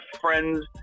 friends